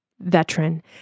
veteran